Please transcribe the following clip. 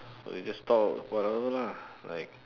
okay just talk whatever lah like